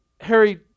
Harry